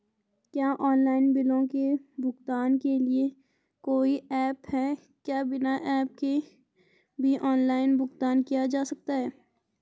क्या ऑनलाइन बिलों के भुगतान के लिए कोई ऐप है क्या बिना ऐप के भी ऑनलाइन भुगतान किया जा सकता है?